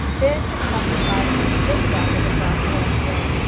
then had come the time in which isabel had been brought to llanfeare.